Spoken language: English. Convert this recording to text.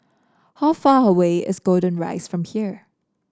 how far away is Golden Rise from here